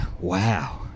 Wow